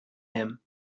him